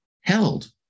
held